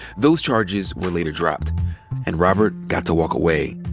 those charges were later dropped and robert got to walk away.